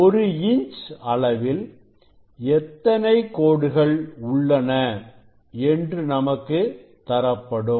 ஒரு இன்ச் அளவில் எத்தனை கோடுகள் உள்ளன என்று நமக்கு தரப்படும்